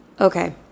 Okay